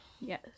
Yes